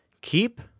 Keep